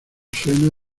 suena